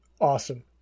Awesome